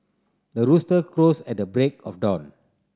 the rooster crows at the break of dawn